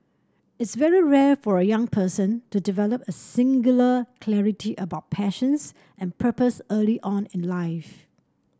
it's very rare for a young person to develop a singular clarity about passions and purpose early on in life